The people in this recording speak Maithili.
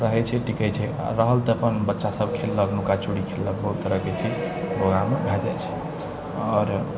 रहै छै की कहै छै रहल तऽ अपन बच्चा सब खेललक नुक्का चोरी खेललक बहुत तरहके चीज ओकरामे भए जाइ छै आओर